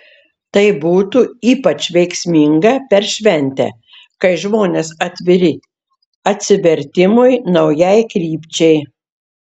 tai būtų ypač veiksminga per šventę kai žmonės atviri atsivertimui naujai krypčiai